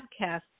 Podcasts